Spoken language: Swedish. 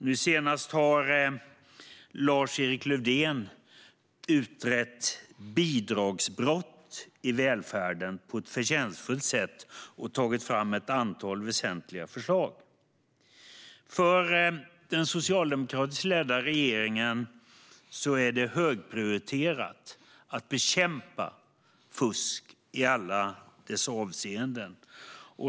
Nu senast har Lars-Erik Lövdén på ett förtjänstfullt sätt utrett bidragsbrott i välfärden och tagit fram ett antal väsentliga förslag. För den socialdemokratiskt ledda regeringen är det högprioriterat att bekämpa fusk i alla dess former.